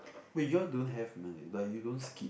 wait you all don't have like you don't skip